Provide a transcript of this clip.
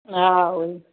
हा उहेई